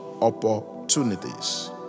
opportunities